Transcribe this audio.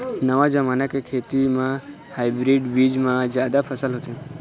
नवा जमाना के खेती म हाइब्रिड बीज म जादा फसल होथे